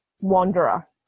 wanderer